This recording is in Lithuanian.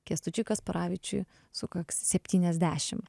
kęstučiui kasparavičiui sukaks septyniasdešim